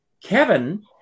Kevin